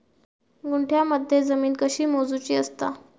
गुंठयामध्ये जमीन कशी मोजूची असता?